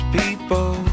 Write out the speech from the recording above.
people